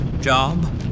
job